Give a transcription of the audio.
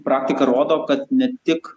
praktika rodo kad ne tik